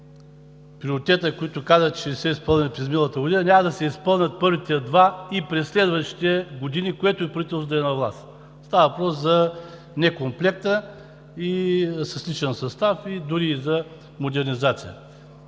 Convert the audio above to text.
три приоритета не са били изпълнени през миналата година. Няма да се изпълнят първите два и през следващите години, което и правителство да е на власт. Става въпрос за некомплекта с личен състав и дори за модернизация.